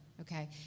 okay